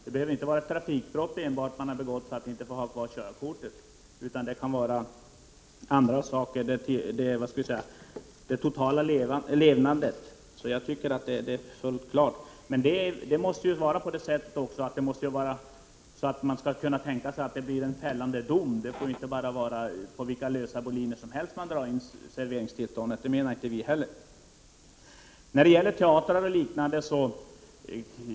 Man behöver inte ha begått trafikbrott för att man inte får ha körkort. Det kan vara helt andra saker, för man ser på den totala levnaden. Så det är fullt klart. Men man får ju inte dra in ett serveringstillstånd på vilka lösa boliner som helst. Det vill inte vi heller.